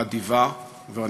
האדיבה והנדיבה.